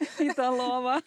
į tą lovą